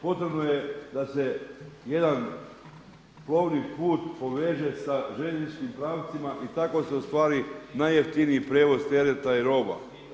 Potrebno je da se jedan plovni put poveže sa željezničkim pravcima i tako se ostvari najjeftiniji prijevoz tereta i roba.